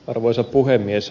arvoisa puhemies